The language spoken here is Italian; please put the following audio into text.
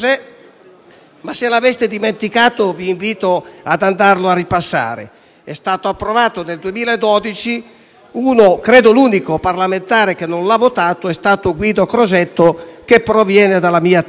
ma, se l'avete dimenticato, vi invito ad andarlo a ripassare. È stato approvato nel 2012 e credo che l'unico parlamentare a non averlo votato sia stato Guido Crosetto, che proviene dalla mia terra.